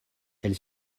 elle